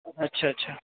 अच्छा अच्छा